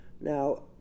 Now